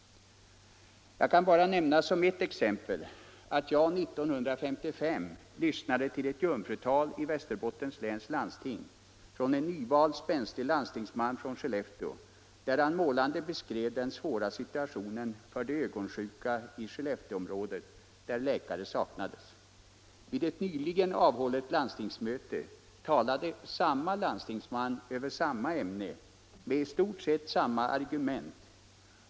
Jag kan bara nämna som ett exempel att jag år 1955 lyssnade till ett jungfrutal i Västerbottens läns landsting av en nyvald spänstig landstingsman från Skellefteå, där han målande beskrev den svåra situationen för de ögonsjuka i Skellefteåområdet, där läkare saknades. Vid ett nyligen avhållet landstingsmöte talade samma landstingsman över samma ämne med i stort sett samma argument.